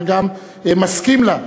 אני חושב שהשר גם מסכים לה.